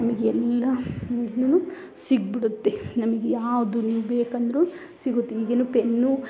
ನಮಗೆಲ್ಲಾ ಸಿಕ್ಬಿಡುತ್ತೆ ನಮ್ಗೆ ಯಾವುದನ್ನು ಬೇಕಂದರು ಸಿಗುತ್ತೆ ಈಗಿನ ಪೆನ್ನು